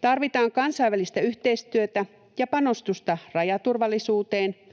Tarvitaan kansainvälistä yhteistyötä ja panostusta rajaturvallisuuteen.